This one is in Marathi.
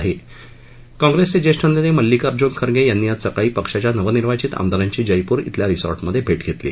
दरम्यान काँग्रेसचे ज्येष्ठ नेते मल्लिकार्ज्न खरगे यांनी आज सकाळी पक्षाच्या नवनिर्वाचित आमदारांची जयपूर इथल्या रिसोर्टमध्ये भेट घेतली